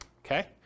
Okay